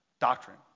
doctrine